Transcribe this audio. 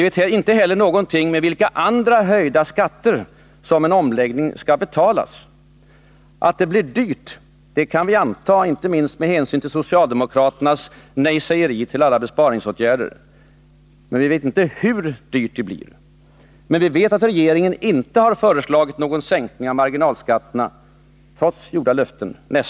Vi vet inte heller med vilka andra höjda skatter en omläggning skall betalas. Att det blir dyrt kan vi anta, inte minst mot bakgrund av socialdemokraternas nejsägeri när det gäller alla besparingsåtgärder. Vi vet inte hur dyrt det blir. Men vi vet att regeringen inte föreslagit någon sänkning av marginalskatterna nästa år, trots givna löften.